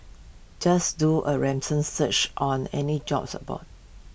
just do A ransom search on any jobs aboard